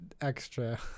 extra